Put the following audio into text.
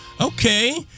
okay